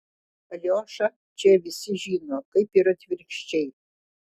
aliošą čia visi žino kaip ir atvirkščiai